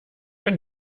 wenn